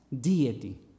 deity